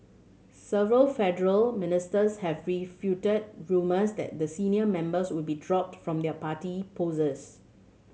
several federal ministers have refuted rumours that the senior members would be dropped from their party poses